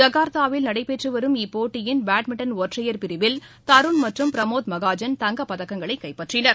ஜகா்த்தாவில் நடைபெற்று வரும் இப்போட்டியின் பேட்மிண்டன் ஒற்றையர் பிரிவல் தருண் மற்றும் பிரமோத் மகாஜன் தங்கப்பதக்கங்களை கைப்பற்றினர்